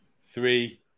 three